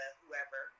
whoever